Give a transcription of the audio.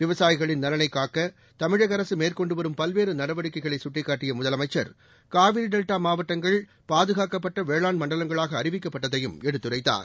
விவசாயிகளின் நலனை காக்க தமிழக அரசு மேற்கொண்டு வரும் பல்வேறு நடவடிக்கைகளை சுட்டிக்காட்டிய முதலமைச்சர் காவிரி டெல்டா மாவட்டங்கள் பாதுகாக்கப்பட்ட வேளாண் மண்டலங்களாக அறிவிக்கப்பட்டதையும் எடுத்துரைத்தார்